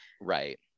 right